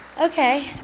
Okay